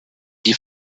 die